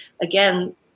again